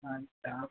हाँ हाँ